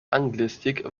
anglistik